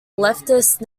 leftist